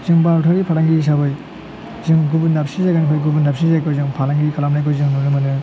जों भारतारि फालांगि हिसाबै जों गुबुन दाबसे जायगानिफ्राय गुबुन दाबसे जायगायाव फालांगि खालामनायखौ जों नुनो मोनो